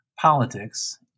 Politics